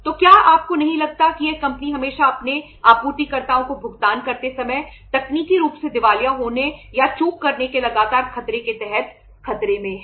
तो क्या आपको नहीं लगता कि यह कंपनी हमेशा अपने आपूर्तिकर्ताओं को भुगतान करते समय तकनीकी रूप से दिवालिया होने या चूक करने के लगातार खतरे के तहत खतरे में है